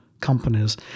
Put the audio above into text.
companies